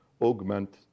augment